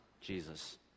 Jesus